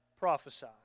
prophesy